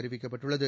அறிவிக்கப்பட்டுள்ளது